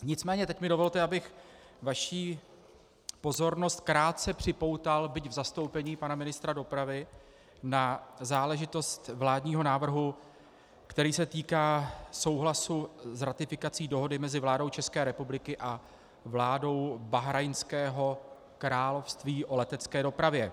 Nicméně teď mi dovolte, abych vaši pozornost krátce připoutal, byť v zastoupení pana ministra dopravy, na záležitost vládního návrhu, který se týká souhlasu s ratifikací Dohody mezi vládou České republiky a vládou Bahrajnského království o letecké dopravě.